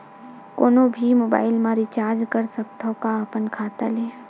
कोनो भी मोबाइल मा रिचार्ज कर सकथव का अपन खाता ले?